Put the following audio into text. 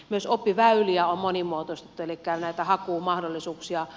myös oppiväyliä on monimuotoistettu elikkä näitä hakumahdollisuuksia